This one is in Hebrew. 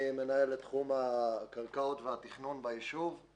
אני מנהל את תחום הקרקעות והתכנון ביישוב.